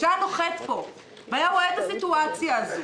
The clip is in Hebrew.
היה נוחת פה והיה רואה את הסיטואציה הזו